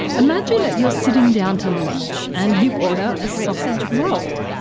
imagine you're sitting down to lunch and you order a sausage roll.